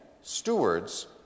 stewards